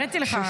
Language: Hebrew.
הראיתי לך.